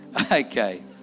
Okay